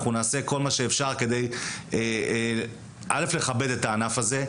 אנחנו נעשה כל מה שאפשר כדי לכבד את הענף הזה,